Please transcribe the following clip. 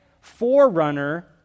forerunner